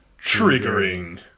triggering